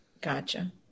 gotcha